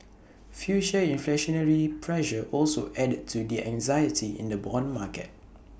future inflationary pressure also added to the anxiety in the Bond market